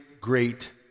great